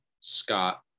Scott